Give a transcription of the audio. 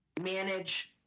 manage